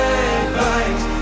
advice